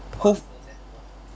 cause